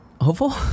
hopeful